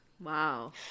Wow